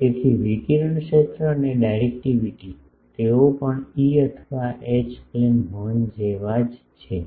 તેથી વિકિરણ ક્ષેત્ર અને ડાયરેક્ટિવિટી તેઓ પણ ઇ અથવા એચ પ્લેન હોર્ન જેવા જ છે